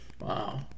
Wow